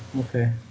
okay